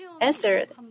answered